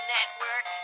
Network